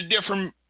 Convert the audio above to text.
different